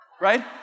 Right